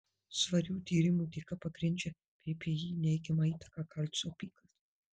svarių tyrimų dėka pagrindžia ppi neigiamą įtaką kalcio apykaitai